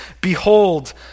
behold